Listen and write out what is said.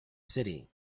city